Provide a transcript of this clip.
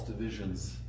divisions